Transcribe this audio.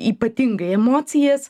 ypatingai emocijas